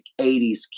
80s